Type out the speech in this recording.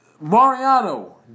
Mariano